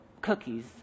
cookies